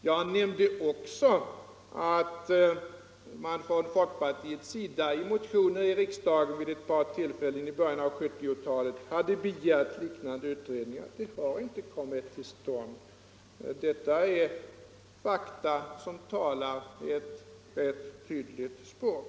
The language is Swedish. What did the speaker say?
Jag nämnde också att folkpartiet i motioner i riksdagen vid ett par tillfällen i början av 1970-talet hade begärt liknande utredningar som ännu inte kommit till stånd. Detta är fakta som talar ett tydligt språk.